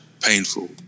painful